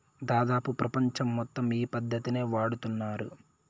దాదాపు ప్రపంచం మొత్తం ఈ పద్ధతినే వాడుతున్నారు